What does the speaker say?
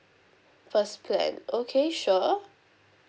first plan okay sure